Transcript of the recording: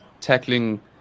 tackling